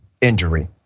injury